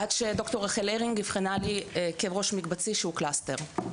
עד שד"ר רחל הרינג אבחנה לי כאב מקבצי שהוא קלסטר.